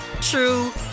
true